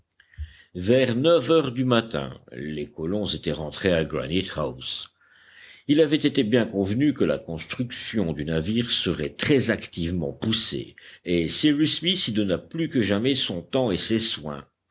vers neuf heures du matin les colons étaient rentrés à granitehouse il avait été bien convenu que la construction du navire serait très activement poussée et cyrus smith y donna plus que jamais son temps et ses soins